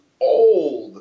old